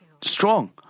strong